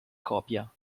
copia